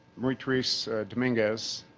marie therese dominguez,